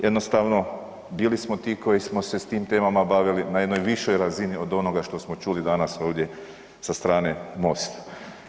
Jednostavno bilo smo ti koji smo se s tim temama bavili na jednoj višoj razini od onoga što smo čuli danas ovdje sa strane MOST-a.